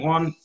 One